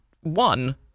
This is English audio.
one